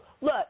Look